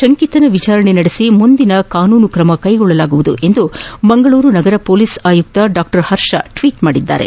ಶಂಕಿತನ ವಿಚಾರಣೆ ನಡೆಸಿ ಮುಂದಿನ ಕಾನೂನು ಕ್ರಮ ಕೈಗೊಳ್ಳಲಾಗುವುದು ಎಂದು ಮಂಗಳೂರು ನಗರ ಪೊಲೀಸ್ ಆಯುಕ್ತ ಹರ್ಷ ಟ್ವೀಟ್ ಮಾಡಿದ್ದಾರೆ